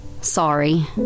Sorry